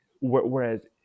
Whereas